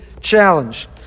challenge